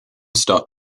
start